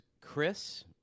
Chris